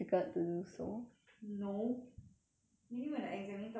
no I mean when the examiner talk to me I just reply lor